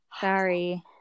sorry